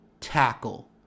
Tackle